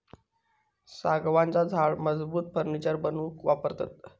सागवानाचा झाड मजबूत फर्नीचर बनवूक वापरतत